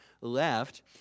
left